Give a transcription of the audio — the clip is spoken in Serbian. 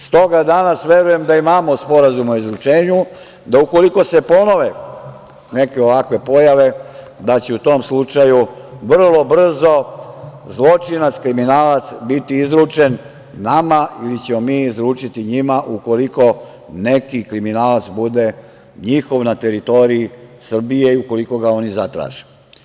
Stoga, danas verujem da imamo Sporazum o izručenju, da ukoliko se ponove neke ovakve pojave da će u tom slučaju vrlo brzo zločinac, kriminalac biti izručen nama ili ćemo mi izručiti njima, ukoliko neki kriminalac bude njihov na teritoriji Srbije i ukoliko ga oni zatraže.